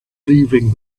leaving